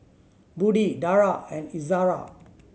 Budi Dara and Izara